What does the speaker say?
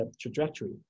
trajectory